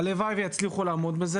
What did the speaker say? הלוואי ויצליחו להגיע לזה,